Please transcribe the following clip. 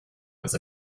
was